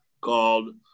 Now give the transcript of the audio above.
called